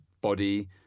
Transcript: body